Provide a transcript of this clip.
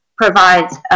provides